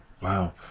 Wow